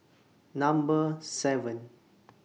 Number seven